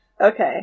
Okay